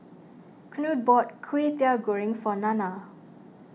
Knute bought Kway Teow Goreng for Nanna